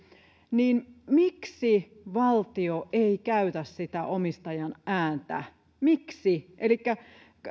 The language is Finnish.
niin miksi valtio ei käytä sitä omistajan ääntä miksi